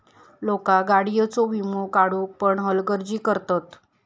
लोका गाडीयेचो वीमो काढुक पण हलगर्जी करतत